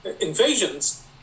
invasions